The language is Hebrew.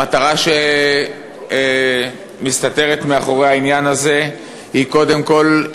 המטרה שמסתתרת מאחורי העניין הזה היא קודם כול,